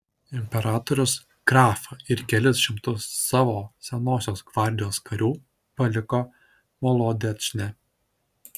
imperatorius grafą ir kelis šimtus savo senosios gvardijos karių paliko molodečne